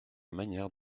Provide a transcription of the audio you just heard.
manière